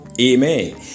Amen